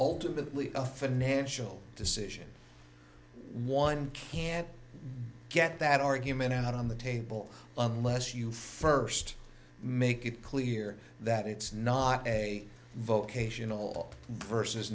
ultimately a financial decision one can't get that argument out on the table unless you first make it clear that it's not a vocational v